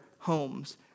homes